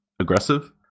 aggressive